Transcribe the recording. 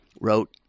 wrote